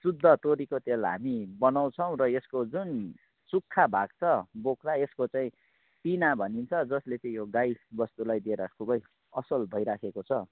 शुद्ध तोरीको तेल हामी बनाउछौँ र यसको जुन सुक्खा भाग छ बोक्रा यसको चाहिँ पिना भनिन्छ जसले चाहिँ यो गाई बस्तुलाई दिएर खुबै असल भइराखेको छ